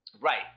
right